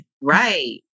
Right